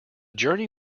journey